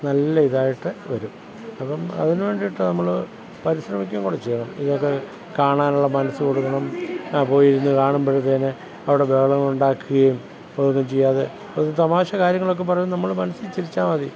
നല്ല ഇതായിട്ട് വരും അപ്പം അതിനുവേണ്ടിയിട്ട് നമ്മൾ പരിശ്രമിക്കുവേം കൂടെ ചെയ്യണം ഇതൊക്കെ കാണാനുള്ള മനസ്സ് കൊടുക്കണം പോയി ഇരുന്ന് കാണുമ്പോഴത്തേന് അവിടെ ബഹളങ്ങൾ ഉണ്ടാക്കുകയും അതൊന്നും ചെയ്യാതെ കുറച്ച് തമാശ കാര്യങ്ങളൊക്കെ പറയുന്നത് നമ്മൾ മനസ്സിൽ ചിരിച്ചാൽ മതി